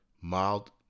mild